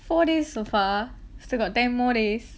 four days so far still got ten more days